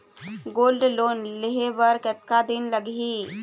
Gold loan लेहे बर कतका दिन लगही?